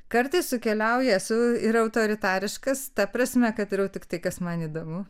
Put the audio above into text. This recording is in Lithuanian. kartais sukeliauja su yra autoritariškas ta prasme kad darau tiktai kas man įdomu